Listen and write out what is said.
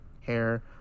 hair